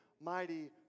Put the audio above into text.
mighty